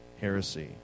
heresy